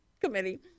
committee